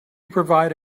provide